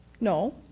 No